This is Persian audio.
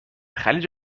خلیج